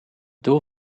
doel